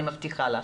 אני מבטיחה לך.